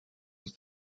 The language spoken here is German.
aus